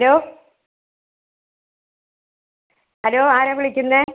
hello hello ആരാണ് വിളിക്കുന്നത്